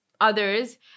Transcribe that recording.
others